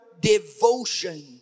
devotion